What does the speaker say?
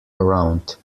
around